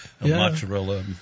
Mozzarella